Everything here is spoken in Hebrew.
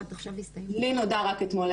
לי נודע רק אתמול.